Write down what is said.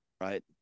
right